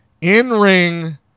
in-ring